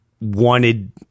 wanted